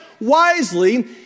wisely